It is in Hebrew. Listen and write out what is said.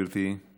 גברתי,